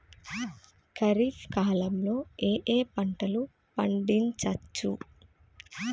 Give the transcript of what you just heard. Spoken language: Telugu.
ఖరీఫ్ కాలంలో ఏ ఏ పంటలు పండించచ్చు?